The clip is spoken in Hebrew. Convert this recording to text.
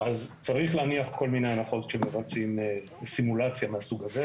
אז צריך להניח כל מיני הנחות כשמבצעים סימולציה מהסוג הזה.